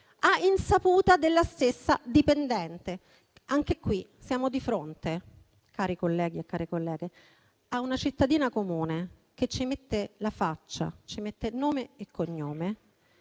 a insaputa della stessa dipendente. Anche qui, siamo di fronte, care colleghe e cari colleghi, a una cittadina comune che ci mette la faccia, ci mette il nome e il cognome